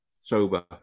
sober